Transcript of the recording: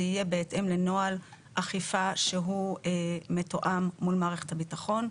זה יהיה בהתאם לנוהל אכיפה שהוא מתואם מול מערכת הביטחון.